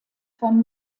von